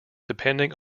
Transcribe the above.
depending